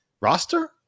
roster